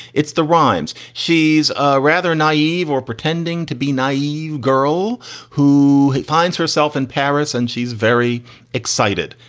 it's the rhymes. she's ah rather naive or pretending to be naive girl who finds herself in paris and she's very excited.